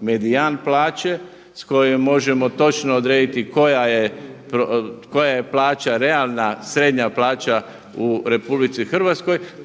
medijan plaće s kojom možemo točno odrediti koja je plaća realna, srednja plaća u RH